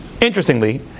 Interestingly